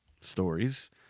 stories